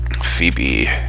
Phoebe